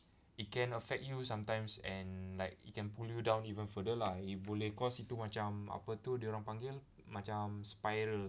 it can affect you sometimes and like it can pull you down even further lah you boleh cause itu macam apa tu dia orang panggil macam spiral